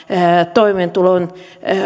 toimeentulon